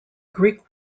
greek